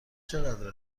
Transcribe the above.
چقدر